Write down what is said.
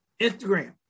Instagram